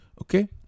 Okay